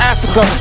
Africa